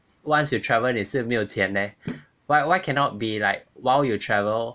once you travel 你是没有钱 meh why why cannot be like while you travel